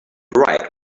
bright